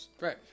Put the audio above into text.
Right